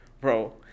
Bro